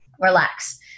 relax